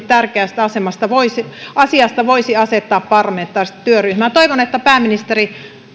tärkeästä asiasta voisi asettaa parlamentaarista työryhmää toivon että pääministeri